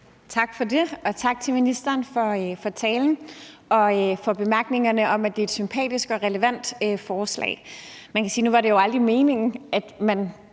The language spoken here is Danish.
Tak for det, og tak til ministeren for talen og for bemærkningerne om, at det er et sympatisk og relevant forslag. Man kan sige, at det jo aldrig var meningen, at